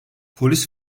polis